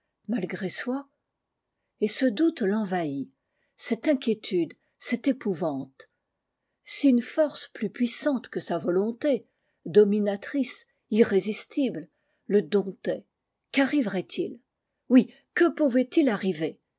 malgré soi et ce doute l'envahit cette inquiétude cette épouvante si une force plus puissante que sa volonté dominatrice irrésistible le domptait qu'arriverait-il oui que pouvait-il arriver